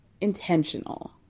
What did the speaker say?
intentional